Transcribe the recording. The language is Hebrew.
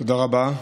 תודה רבה,